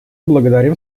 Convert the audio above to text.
благодарим